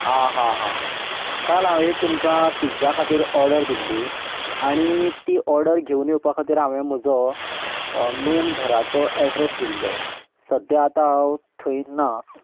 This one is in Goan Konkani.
आं हां हां हां काल हांव तुमका एक पिझ्झा खातीर ऑर्डर दिल्ली आनी ती ऑर्डर घेवन येवपा खातीर हांवें म्हजो मेन घराचो एड्रेस दिल्लो सद्या आतां हांव थंय ना